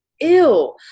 Ew